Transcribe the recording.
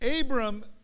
Abram